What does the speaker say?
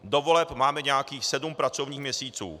Do voleb máme nějakých sedm pracovních měsíců.